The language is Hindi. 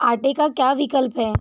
आटे का क्या विकल्प है